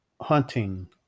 hunting